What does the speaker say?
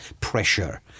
pressure